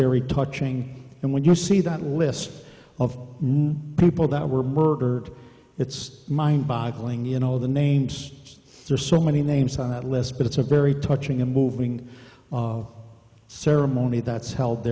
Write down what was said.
very touching and when you're see that list of people that were murdered it's mind boggling you know the names there's so many names on that list but it's a very touching and moving ceremony